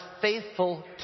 faithful